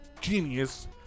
genius